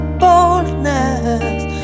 boldness